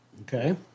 Okay